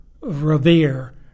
revere